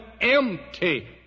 empty